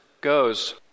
goes